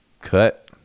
Cut